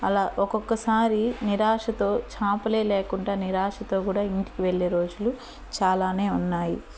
అలా ఒకొక్కసారి నిరాశతో చాపలే లేకుండా నిరాశతో గూడా ఇంటికి వెళ్ళే రోజులు చాలానే ఉన్నాయి